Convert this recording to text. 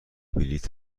بلیت